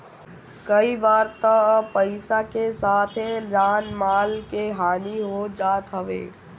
कई बार तअ पईसा के साथे जान माल के हानि हो जात हवे